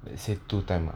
they say two time lah